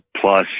plus